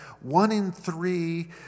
one-in-three